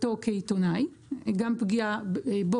גם פגיעה בעבודתו כעיתונאי,